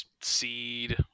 seed